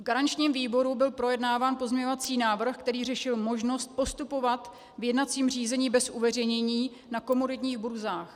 V garančním výboru byl projednáván pozměňovací návrh, který řešil možnost postupovat v jednacím řízení bez uveřejnění na komoditních burzách.